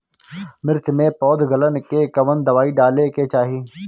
मिर्च मे पौध गलन के कवन दवाई डाले के चाही?